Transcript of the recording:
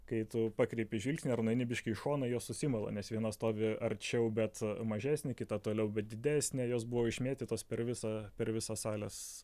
kai tu pakreipi žvilgsnį ar nueini biškį į šoną jos susimala nes viena stovi arčiau bet mažesnė kita toliau bet didesnė jos buvo išmėtytos per visą per visą salės